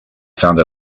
found